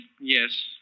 Yes